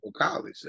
college